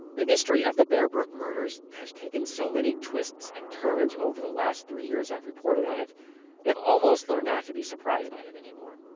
the mystery of the bear brook murders has taken so many twists and turns over the last three years that i've reported on it that i've almost learned not to be surprised by them anymore